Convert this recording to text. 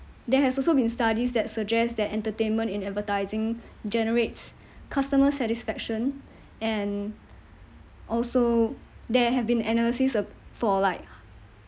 there has also been studies that suggest that entertainment in advertising generates customer satisfaction and also there have been analysis uh for like